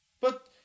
But